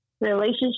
relationship